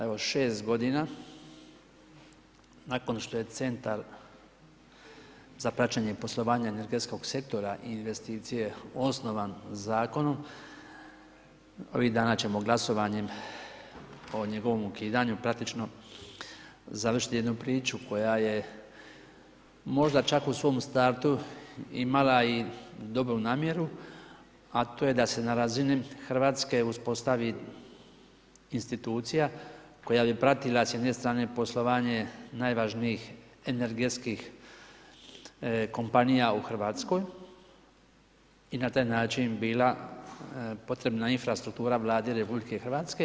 Evo, 6 g. nakon što je centar za praćenje poslovanja energetskog sektora i investicija osnovan zakonom, ovih dana ćemo o glasovanjem o njegovim ukidanju, praktično završiti jednu priču, koja je možda čak u svom startu imala i dobru namjeru, a to je da se na razini Hrvatske, uspostavi institucija, koja bi pratila s jedne strane poslovanje najvažnijih energetskih kompanija u Hrvatskoj i na taj način bila potreban infrastruktura Vladi RH.